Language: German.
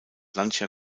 lancia